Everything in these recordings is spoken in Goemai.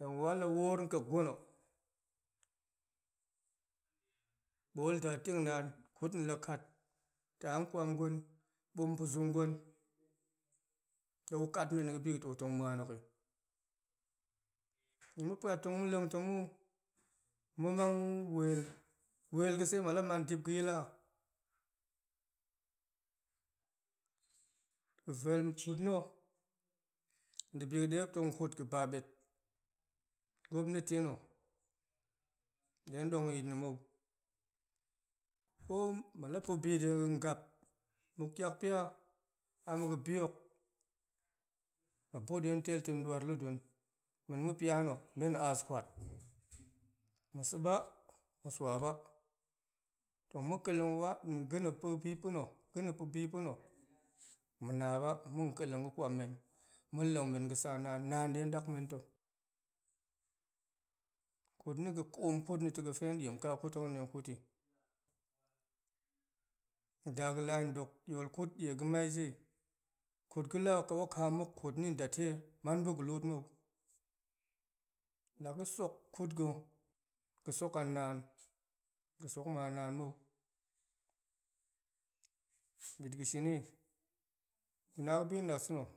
Hen wal a woor ƙa̱a̱t gwen na̱ ɓool nda teng naan kut na̱ la kat ta nkwam gwen ɓa̱m pa̱zung gwen de gu kat men ga̱bi ga̱ to tong muan na̱yi tong ma̱ pa̱t tong ma̱ ma̱ mang wel, wel ga̱ sai ma̱p la man dip g̱a̱yila. ga̱vel kut na̱ debi dema̱p tong kut ga̱ba ɓet gwamneti na̱ detong dongi yit na̱ mou ko ma̱p la pa̱bi dega̱ gap muk tiak pia a ma̱ga̱ bi hok muk buk to tel dega̱ duar lu duen men ma̱pia na̱ men a askwat ma̱ sa̱ ba ma̱ swa ba tong ma̱ kaleng wat ga̱na̱ pa̱bi pa̱na̱ ga̱na̱ pa̱bi pa̱na̱ ma̱ na ba ma̱ kaleng ga̱ kwam men ma̱ leng men ga̱ sa naan, naan de tong dak men to. kut na̱ ga̱koom ga̱ koom kut na̱ to ga̱fe hen diem kaa kut hok hen diem tong kuti nda ga̱ lahen dok yo kut die ga̱mai ji kut la a ga̱wakaam muk kutni datei man ba̱ga̱ lut mou la ga̱ sok kut ga̱ ga̱ sok a naan ga̱ sok a naan mou bit ga̱ shini na ga̱bi dasa̱na̱,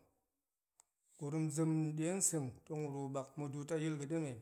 gurum ga̱ deseng tong rubak muduut a yil ga̱demen,